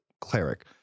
cleric